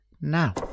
now